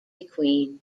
queen